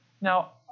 Now